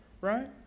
right